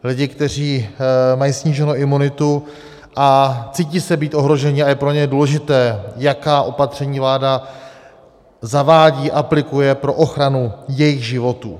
Lidi, kteří mají sníženou imunitu a cítí se být ohroženi a je pro ně důležité, jaká opatření vláda zavádí, aplikuje pro ochranu jejich životů.